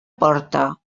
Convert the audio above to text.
porta